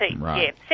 right